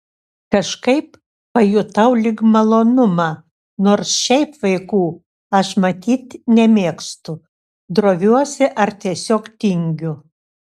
kažkaip pajutau lyg malonumą nors šiaip vaikų aš matyt nemėgstu droviuosi ar tiesiog tingiu